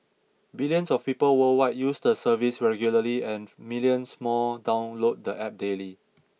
billions of people worldwide use the service regularly and millions more download the App daily